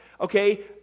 okay